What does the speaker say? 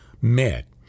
met